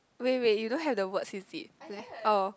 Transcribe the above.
wait wait you don't have the words is it oh